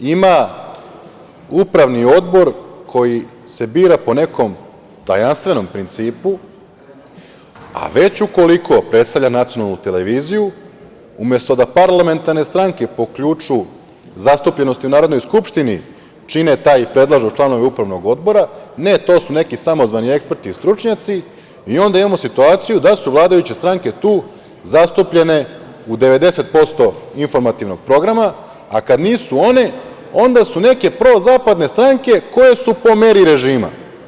Ima upravni odbor koji se bira po nekom tajanstvenom principu, a već ukoliko predstavlja nacionalnu televiziju, umesto da parlamentarne stranke po ključu zastupljenosti u Narodnoj skupštini čine taj i predlažu članove upravnog odbora, ne to su neki samozvani eksperti i stručnjaci i onda imamo situaciju da su vladajuće stranke tu zastupljene u 90% informativnog programa, a kada nisu one, onda su neke prozapadne stranke koje su po meri režima.